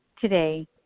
today